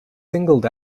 singled